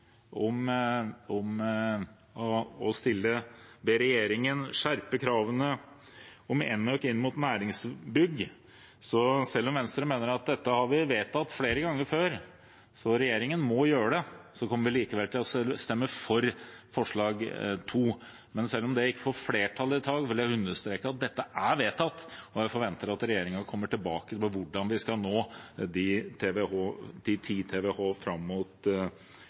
om å be regjeringen skjerpe kravene om enøk inn mot næringsbygg, kan jeg si at selv om Venstre mener at dette har vi vedtatt flere ganger før, så regjeringen må gjøre det, kommer vi likevel til å stemme for det. Selv om det ikke får flertall i dag, vil jeg understreke at dette er vedtatt, og jeg forventer at regjeringen kommer tilbake til hvordan vi skal nå de 10 TWh fram mot